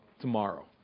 tomorrow